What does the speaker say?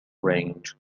range